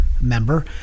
member